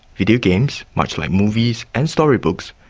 videogames, much like movies and storybooks,